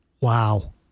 Wow